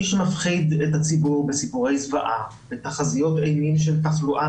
מי שמפחיד את הציבור בסיפורי זוועה ותחזיות אימים של תחלואה